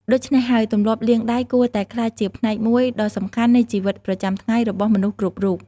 ដូច្នេះហើយ ទម្លាប់លាងដៃគួរតែក្លាយជាផ្នែកមួយដ៏សំខាន់នៃជីវិតប្រចាំថ្ងៃរបស់មនុស្សគ្រប់រូប។